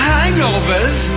Hangovers